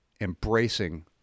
embracing